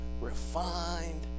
refined